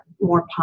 more